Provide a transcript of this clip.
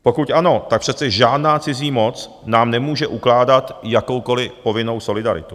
Pokud ano, tak přece žádná cizí moc nám nemůže ukládat jakoukoliv povinnou solidaritu.